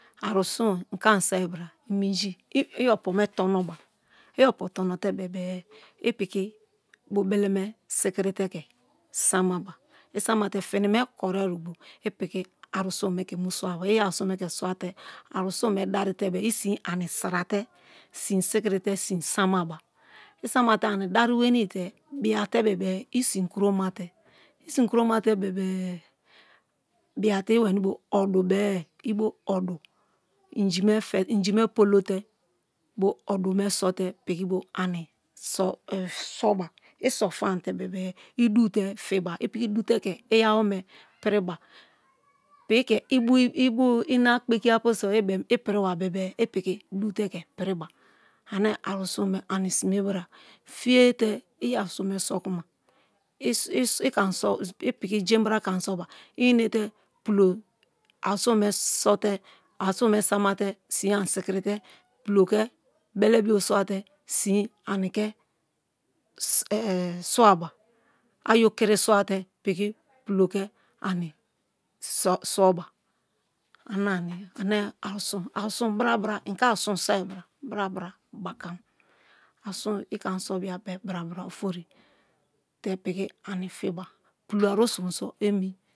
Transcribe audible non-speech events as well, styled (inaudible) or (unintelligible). Aru sun i ke ani soi bra minji (hesitation) i opome tonoba i opo tonote-e i piki bo beleme ke sikiri te ke samaba i sama te finime korie ogbo i piki ara sum me sikirite ke mu swaba i aru sun me ke swate aru sun me dari te be-e i sin ani sira te sin sikirite sin samaba i sama te ani dari wenii te biate bebe i sin kuromate i sin kuromate bebe-e biate i weni bo odu be-e i (unintelligible) bo odume sote piki bo ani so (hesitation) soba i so fama te bebe-e i dute fiba i piki du te ke iyawome piriba piki ke (hesitation) ina kpeki apu so i beem ipiribari bebe-e i piki du te ke piriba ane aru-sun me ani sime bra-a fiye te i aru sun me so kuma (hesitation) i piki jein bra ke ani soba i enete pulo aru sun me sote aru sun me samate sin ani sikirite pulo ke bele bio swate sin ani ke (hesitation) swaba ayo kiri swate piki pulo ke ani swaba ana-ni ane aru sun arusun bra-bra i ke aru sun soi bra bra i ke aru soi bra bra bra i keam arusun i ke ani so bia bra-bra ofori te piki ani fiba pulo ani sun so eni.